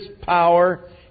power